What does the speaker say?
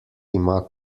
ima